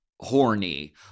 horny